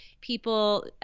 people